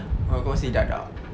kau masih budak-budak